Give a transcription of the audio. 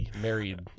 married